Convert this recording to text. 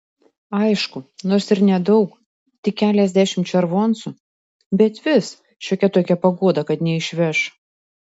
aišku nors ir nedaug tik keliasdešimt červoncų bet vis šiokia tokia paguoda kad neišveš